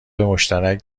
مشترک